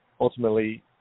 ultimately